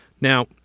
Now